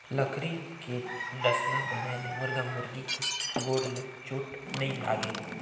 लकरी के डसना बनाए ले मुरगा मुरगी के गोड़ ल चोट नइ लागे